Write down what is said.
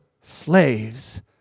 slaves